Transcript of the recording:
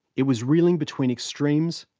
it was reeling between extremes,